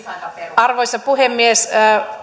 arvoisa puhemies